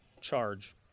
charge